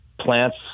plants